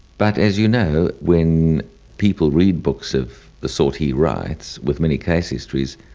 but as you know, when people read books of the sort he writes, with many case histories,